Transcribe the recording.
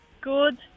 good